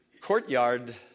courtyard